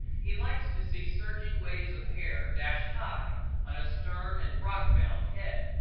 he likes to see surging waves of hair dash high on a stern and rockbound head.